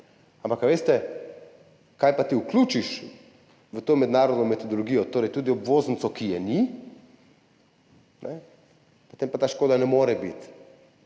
Ampak veste, kaj pa ti vključiš v to mednarodno metodologijo, torej tudi obvoznico, ki je ni – potem pa ta škoda ne more biti